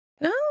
No